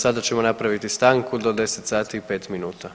Sada ćemo napraviti stanku do 10 sati i pet minuta.